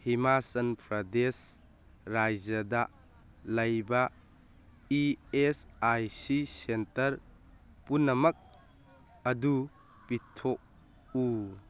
ꯍꯤꯃꯥꯆꯜ ꯄ꯭ꯔꯗꯦꯁ ꯔꯥꯖ꯭ꯌꯥꯗ ꯂꯩꯕ E S I C centre ꯄꯨꯝꯅꯃꯛ ꯑꯗꯨ ꯄꯤꯊꯣꯛꯎ